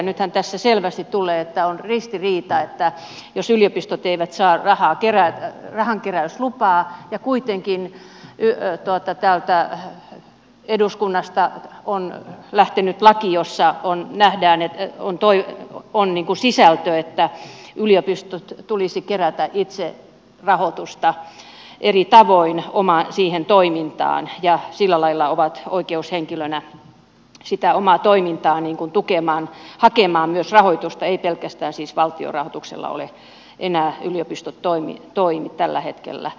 nythän tässä selvästi tulee ristiriita jos yliopistot eivät saa rahankeräyslupaa ja kuitenkin täältä eduskunnasta on lähtenyt laki jossa on sisältö että yliopistojen tulisi kerätä itse rahoitusta eri tavoin siihen toimintaan ja sillä lailla ovat oikeushenkilönä sitä omaa toimintaa niin kuin tukemassa hakevat myös rahoitusta eivät pelkästään siis valtion rahoituksella enää yliopistot toimi tällä hetkellä